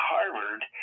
Harvard